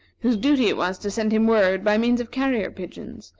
whose duty it was to send him word, by means of carrier pigeons,